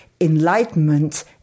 Enlightenment